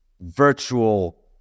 virtual